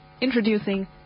introducing